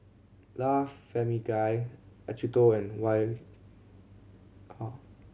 La Famiglia Acuto and Y R